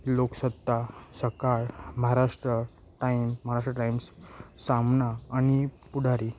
Loksatta Sakal Maharashtra time Maharashtra times Saamana आणि पुढारी